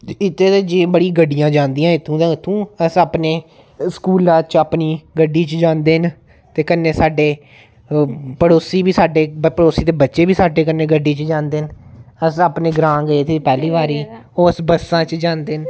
इत्थे ते जे बड़ियां गड्डियां जन्दिया इत्थुं दा उत्थुं अस अपने स्कूला च अपनी गड्डी च जन्दे न ते कन्नै साड्ढे पड़ोसी बी साड्ढे पड़ोसी दे बच्चे बी साड्ढे कन्नै गड्डी च जांदे न अस अपने ग्रांऽ गए थे पैह्ली बारी ओस बस्सा च जांदे न